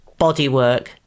bodywork